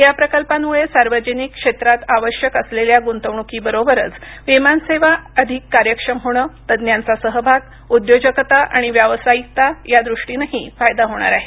या प्रकल्पांमुळे सार्वजनिक क्षेत्रात आवश्यक असलेल्या गुंतवणुकीबरोबरच विमानसेवा अधिक कार्यक्षम होणं तज्ज्ञांचा सहभाग उद्योजकता आणि व्यावसायिकता यादृष्टीनंही फायदा होणार आहे